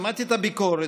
אתה המצאת,